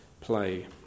play